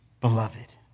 beloved